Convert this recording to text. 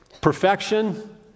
perfection